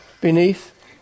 beneath